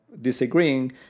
disagreeing